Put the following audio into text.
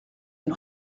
une